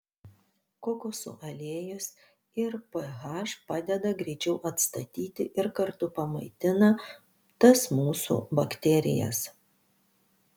kokosų aliejus ir ph padeda greičiau atstatyti ir kartu pamaitina tas mūsų bakterijas